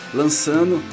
lançando